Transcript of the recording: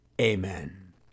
Amen